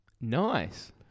Nice